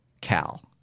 Cal